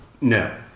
No